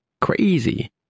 Crazy